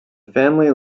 family